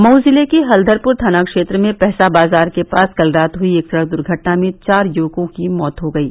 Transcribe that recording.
मऊ जिले के हलधरपुर थाना क्षेत्र में पहसा बाजार के पास कल रात हुयी एक सड़क दुर्घटना में चार युवकों की मौत हो गयी